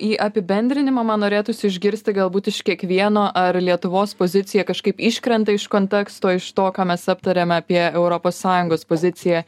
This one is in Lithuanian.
į apibendrinimą man norėtųsi išgirsti galbūt iš kiekvieno ar lietuvos pozicija kažkaip iškrenta iš konteksto iš to ką mes aptarėm apie europos sąjungos poziciją